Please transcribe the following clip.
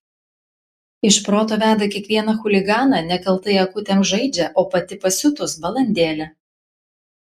iš proto veda kiekvieną chuliganą nekaltai akutėm žaidžia o pati pasiutus balandėlė